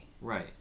Right